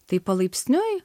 tai palaipsniui